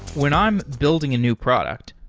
when i'm building a new product,